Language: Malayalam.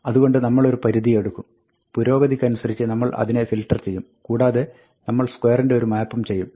അതുകൊണ്ട് നമ്മളൊരു പരിധി എടുക്കും പുരോഗതിക്കനുസരിച്ച് നമ്മൾ അതിനെ ഫിൽട്ടർ ചെയ്യും കൂടാതെ നമ്മൾ സ്ക്വയറിന്റെ ഒരു മാപ്പും ചെയ്യും